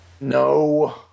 No